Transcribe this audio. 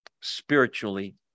Spiritually